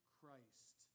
Christ